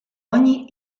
ogni